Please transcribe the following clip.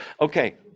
Okay